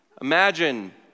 Imagine